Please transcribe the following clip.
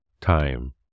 time